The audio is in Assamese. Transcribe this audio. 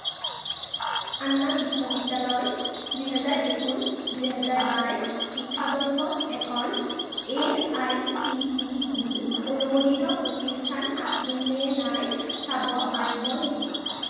আন্না বিশ্ববিদ্যালয় দুই হেজাৰ একৈছ দুই হেজাৰ বাইছ শিক্ষাবৰ্ষত এখন A I C T E অনুমোদিত প্ৰতিষ্ঠান আছিল নে নাই চাব পাৰিব নেকি